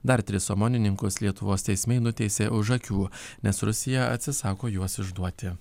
dar tris omonininkus lietuvos teismai nuteisė už akių nes rusija atsisako juos išduoti